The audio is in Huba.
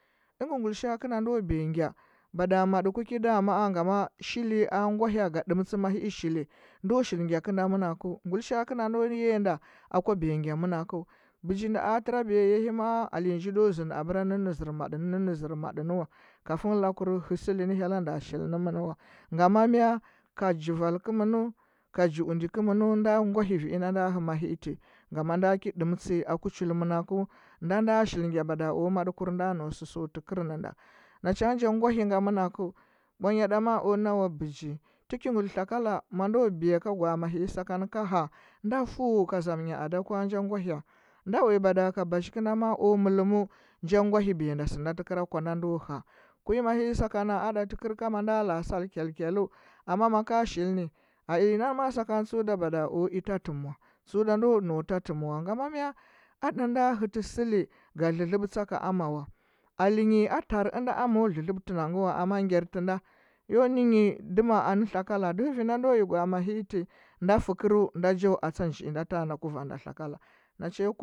Dɚhɚ ngulishaa kɚnda ndo beya ngya mada maɗa kuki do maa ngama shili a ngwahya ga dɚmtsɚ makii shili nda shili ngyakɚnda mɚnakɚu ngulishaa kɚnda nda yiya nda akwa biya ngya mɚnakɚu bijinda a trabiya yahi maa alenyanji do zɚndɚ abra nɚnna zɚr maɗɚ na, nɚnna zɚr maɗɚ nɚ wa kafun lakur hɚsɚli nɚ hyela nda shili nɚmɚn wa. Ngama mya ka jwal kɚmɚnɚu ka jiundi kɚmɚmɚu nda ngwahi vii nda nda hɚ mahii ti ngama nda ki ɗɚmtsi aku chuli mɚnekɚu nda nda shil ngya mada o maɗɚkur nda nda nau sɚsɚuti kɚrnɚnda nachangɚ ja ngwahinga mɚnakɚu bwanya ma o nawa biji tɚki nguu tlakala mando biyo ko gwaa ma hii sakana ka ha nda fu ka zamnya ada kwa nja ngwahya nda uya bada ka bazhi kɚnda ma o mɚlɚmɚu nja ngwahyanda sɚnda tɚ kɚra kwanda ndo ha kumahii sakana aɗati kɚr ka manda la sal kyalkyalu, amma maka shilni alenyi nganmaa sakana tsuda bado oi tatɚmwa, tsuda ndo nau tatɚm wa ngama mya, adanda hɚtɚ sɚli ga dlɚdlɚbɚ tsa ka ama wa alenyi ada tar ɚnda amo dɚ dlɚbtɚnda ngɚ wa amma ngyar tɚnda yo ninyi dɚma anɚ tlakala, dɚhɚ vinda ndo ki gwaa mahii ti nda fɚkɚrɚu nda jawa atsa njiinda tanghnda kuvanda tlakala nacha ya.